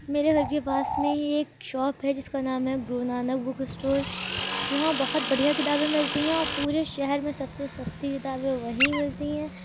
میرے گھر کے پاس میں ہی ایک شاپ ہے جس کا نام ہے گرو نانک بک اسٹور جہاں بہت بڑھیا کتابیں ملتی ہیں اور پورے شہر میں سب سے سستی کتابیں وہیں ملتی ہیں